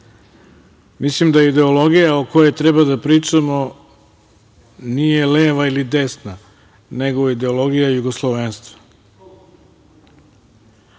Mislim da ideologija o kojoj treba da pričamo nije leva ili desna, nego ideologija jugoslovenstva.